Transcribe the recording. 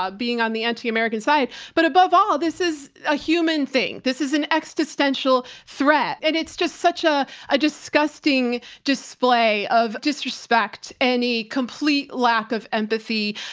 ah being on the anti american side. but above all, this is a human thing. this is an existential threat and it's just such a, a disgusting display of disrespect. any complete lack of empathy.